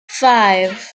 five